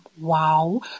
wow